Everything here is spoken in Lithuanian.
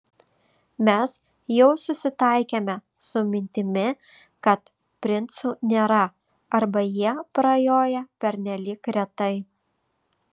mes jau susitaikėme su mintimi kad princų nėra arba jie prajoja pernelyg retai